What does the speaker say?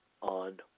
on